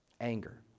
Anger